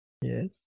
Yes